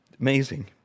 Amazing